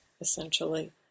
essentially